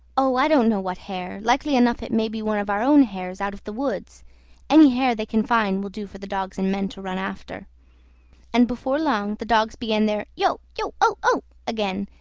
oh! i don't know what hare likely enough it may be one of our own hares out of the woods any hare they can find will do for the dogs and men to run after and before long the dogs began their yo! yo, o, o! again,